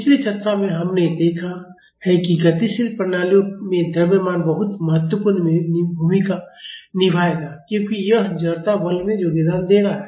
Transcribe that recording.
पिछली चर्चा में हमने देखा है कि गतिशील प्रणालियों में द्रव्यमान बहुत महत्वपूर्ण भूमिका निभाएगा क्योंकि यह जड़ता बल में योगदान दे रहा है